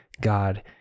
God